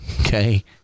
okay